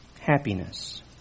happiness